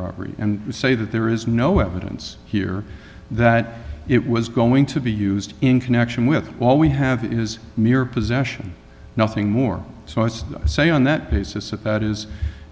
robbery and we say that there is no evidence here that it was going to be used in connection with all we have is mere possession nothing more so i just say on that basis that that is